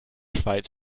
schweiz